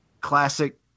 classic